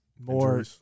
more